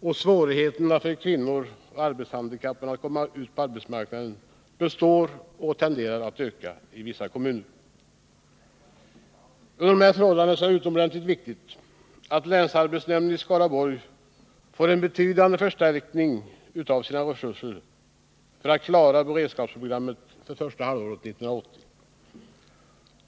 och svårigheterna för kvinnor och arbetshandikappade att komma ut på arbetsmarknaden består och tenderar att öka i vissa kommuner. Under rådande förhållanden är det utomordentligt viktigt att länsarbetsnämnden i Skaraborg får en betydande förstärkning av sina resurser för att klara beredskapsprogrammet för första halvåret 1980.